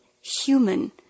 human